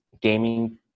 gaming